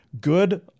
Good